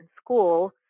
school